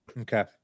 Okay